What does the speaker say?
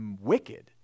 wicked